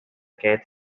cats